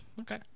Okay